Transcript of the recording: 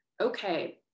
Okay